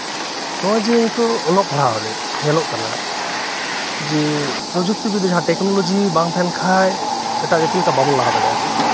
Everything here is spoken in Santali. ᱱᱚᱜ ᱚᱭ ᱡᱮᱦᱮᱛᱩ ᱚᱞᱚᱜ ᱯᱟᱲᱦᱟᱜᱨᱮ ᱧᱮᱞᱚᱜ ᱠᱟᱱᱟ ᱡᱮ ᱯᱨᱚᱡᱩᱠᱛᱤᱵᱤᱫᱽ ᱡᱟᱦᱟᱸ ᱴᱮᱠᱱᱳᱞᱚᱡᱤ ᱵᱟᱝ ᱛᱟᱦᱮᱱᱠᱷᱟᱱ ᱮᱴᱟᱜ ᱡᱟᱹᱛᱤ ᱞᱮᱠᱟ ᱵᱟᱵᱚᱱ ᱞᱟᱦᱟ ᱫᱟᱲᱮᱭᱟᱜᱼᱟ